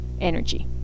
energy